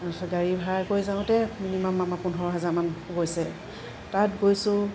তাৰপিছত গাড়ী ভাড়াই কৰি যাওঁতে মিনিমাম আমাৰ পোন্ধৰ হাজাৰমান গৈছে তাত গৈছোঁ